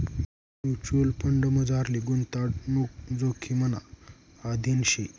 mutual फंडमझारली गुताडणूक जोखिमना अधीन शे